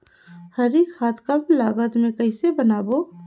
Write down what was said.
हरी खाद कम लागत मे कइसे बनाबो?